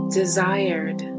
desired